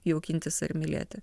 jaukintis ar mylėti